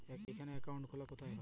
এখানে অ্যাকাউন্ট খোলা কোথায় হয়?